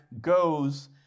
goes